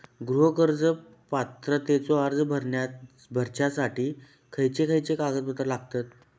गृह कर्ज पात्रतेचो अर्ज भरुच्यासाठी खयचे खयचे कागदपत्र लागतत?